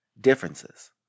Differences